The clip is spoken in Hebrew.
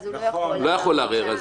לא יכול לערער אז.